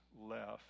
left